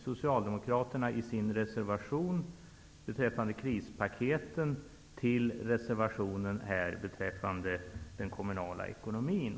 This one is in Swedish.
Socialdemokraterna hänvisar i sin reservation beträffande krispaketen till reservationen när det gäller den kommunala ekonomin.